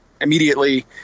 immediately